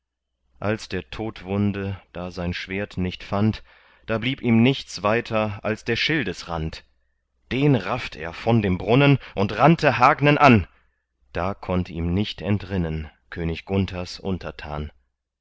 als der todwunde da sein schwert nicht fand da blieb ihm nichts weiter als der schildesrand den rafft er von dem brunnen und rannte hagnen an da konnt ihm nicht entrinnen könig gunthers untertan